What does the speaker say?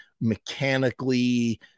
mechanically